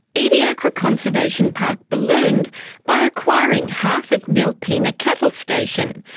ediacara conservation park ballooned by acquiring half of nilpena cattle station,